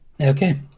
Okay